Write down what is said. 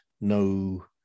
no